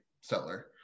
seller